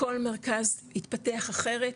כל מרכז התפתח אחרת,